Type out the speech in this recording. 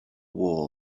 war